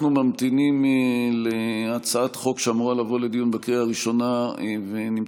אנחנו ממתינים להצעת חוק שאמורה לבוא לדיון בקריאה ראשונה ונמצאת